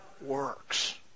works